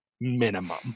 minimum